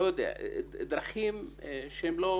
לא יודע, דרכים שהן לא